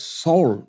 soul